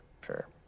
sure